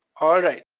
alright.